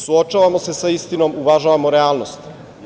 Suočavamo se sa istinom, uvažavamo realnost.